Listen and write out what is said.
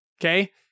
Okay